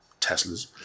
Teslas